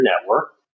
network